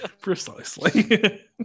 Precisely